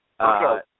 Okay